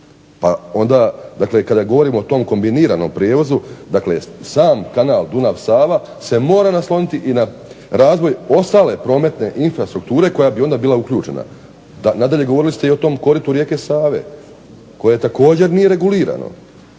pa onda, dakle kada govorimo o tom kombiniranom prijevozu, dakle sam kanal Dunav-Sava se mora nasloniti i na razvoj ostale prometne infrastrukture koja bi onda bila uključena. Nadalje govorili ste i o tom koritu rijeke Save, koje također nije regulirano.